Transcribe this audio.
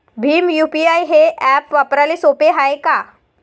Bhim UPI हे app वापराले सोपे हाय का?